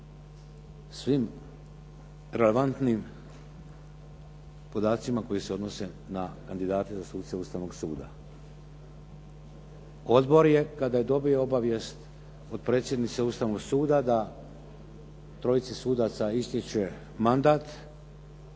svim relevantnim podacima koji se odnose na kandidate za suce Ustavnog suda. Odbor je, kada je dobio obavijest od predsjednice Ustavnog suda da trojici sudaca ističe mandat,